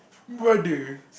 why did we